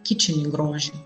kičinį grožį